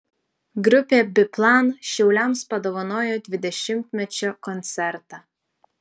grupė biplan šiauliams padovanojo dvidešimtmečio koncertą